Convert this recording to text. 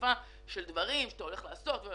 יפה מאוד של דברים שאתה הולך לעשות.